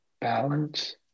balance